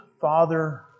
Father